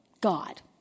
God